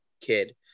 kid